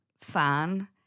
fan